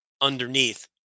underneath